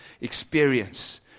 experience